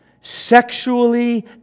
sexually